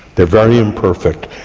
they're very imperfect,